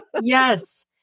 yes